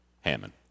Hammond